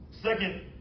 Second